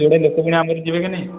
ଯୋଡ଼େ ଲୋକ ପୁଣି ଆମର ଯିବେ କି ନାହିଁ